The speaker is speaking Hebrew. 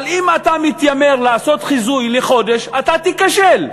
אבל אם אתה מתיימר לעשות חיזוי לחודש אתה תיכשל.